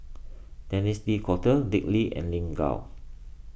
Denis D'Cotta Dick Lee and Lin Gao